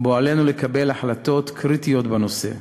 שבו עלינו לקבל החלטות קריטיות בנושא.